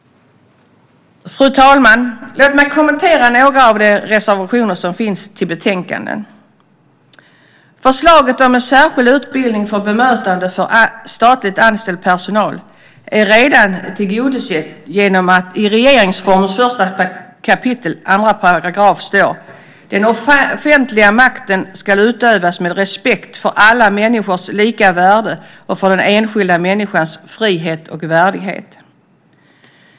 Fru talman! Låt mig kommentera några av de reservationer som finns till betänkandet. Förslaget om en särskild utbildning om bemötandefrågor för statligt anställd personal är redan tillgodosett genom att det i 1 kap. 2 § regeringsformen står: "Den offentliga makten skall utövas med respekt för alla människors lika värde och för den enskilda människans frihet och värdighet."